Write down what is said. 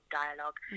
dialogue